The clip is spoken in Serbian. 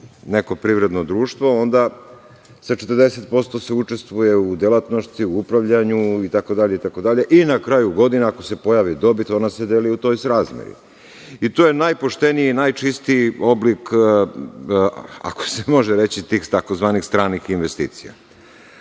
neko privredno društvo, onda se 40% učestvuje u delatnosti, u upravljanju itd. i na kraju godine, ako se pojavi dobit, ona se deli u toj srazmeri. To je najpošteniji i najčistiji oblik, ako se može reći, tih tzv. stranih investicija.